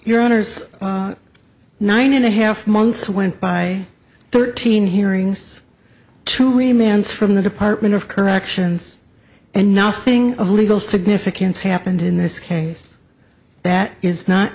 your honour's nine and a half months went by thirteen hearings to remains from the department of corrections and nothing of legal significance happened in this case that is not